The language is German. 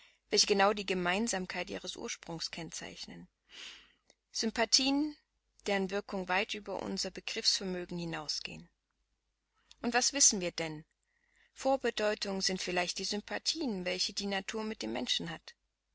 welche genau die gemeinsamkeit ihres ursprungs kennzeichnen sympathien deren wirkungen weit über unser begriffsvermögen hinausgehen und was wissen wir denn vorbedeutungen sind vielleicht die sympathien welche die natur mit dem menschen hat